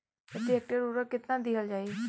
प्रति हेक्टेयर उर्वरक केतना दिहल जाई?